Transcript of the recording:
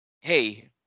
hey